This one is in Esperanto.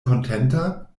kontenta